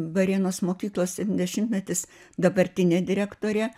varėnos mokyklos dešimtmetis dabartinė direktorė